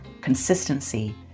consistency